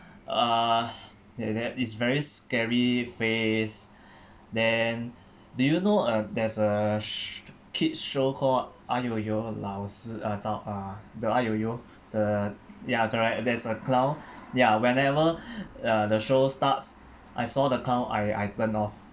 uh ya that is very scary face then do you know uh there's a sh~ kid show called uh !aiyoyo! 老师 uh 早 uh the !aiyoyo! the ya correct there's a clown ya whenever uh the show starts I saw the clown I I turn off